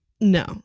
No